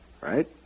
Right